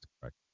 correct